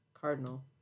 Cardinal